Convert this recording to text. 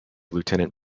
lieutenant